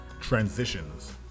transitions